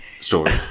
story